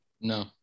No